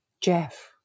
Jeff